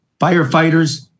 firefighters